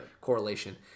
correlation